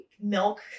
milk